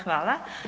Hvala.